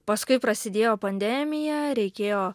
paskui prasidėjo pandemija reikėjo